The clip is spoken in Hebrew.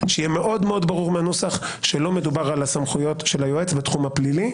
שיהיה ברור מהנוסח שלא מדובר על הסמכויות של היועץ בתחום הפלילי.